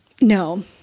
No